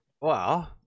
Wow